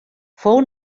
fou